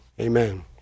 Amen